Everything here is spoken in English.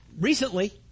recently